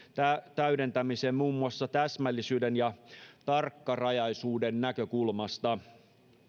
täydentämiseen muun muassa täsmällisyyden ja tarkkarajaisuuden näkökulmasta